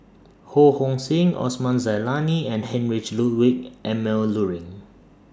Ho Hong Sing Osman Zailani and Heinrich Ludwig Emil Luering